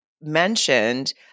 mentioned